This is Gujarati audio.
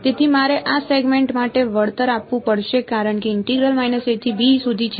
તેથી મારે આ સેગમેન્ટ માટે વળતર આપવું પડશે કારણ કે ઇન્ટેગ્રલ a થી b સુધી છે